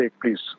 please